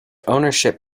ownership